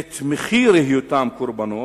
את מחיר היותם קורבנות,